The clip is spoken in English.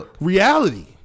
reality